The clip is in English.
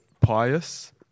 pious